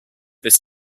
this